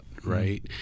right